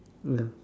ya